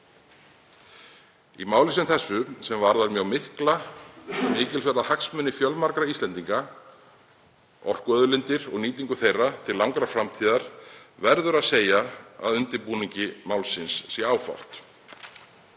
Í máli sem þessu sem varðar mjög mikilsverða hagsmuni fjölmargra Íslendinga, orkuauðlindirnar og nýtingu þeirra til langrar framtíðar, verður að segja að undirbúningi málsins sé afar